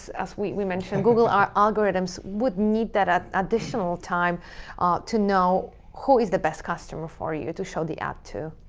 as we mentioned, google algorithms would need that ah additional time ah to know who is the best customer for you to show the ad to.